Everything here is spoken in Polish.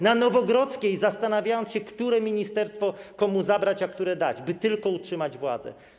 Na Nowogrodzkiej, zastanawiając się, które ministerstwo komuś zabrać, które dać, by tylko utrzymać władzę.